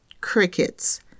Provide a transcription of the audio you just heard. crickets